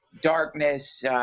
darkness